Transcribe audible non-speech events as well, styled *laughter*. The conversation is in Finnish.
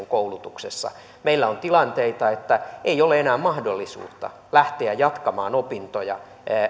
*unintelligible* koulutuksessa meillä on tilanteita että ei ole enää mahdollisuutta lähteä jatkamaan opintoja